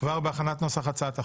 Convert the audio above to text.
כבר בהכנת נוסח הצעת החוק,